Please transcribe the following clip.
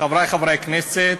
חברי חברי הכנסת,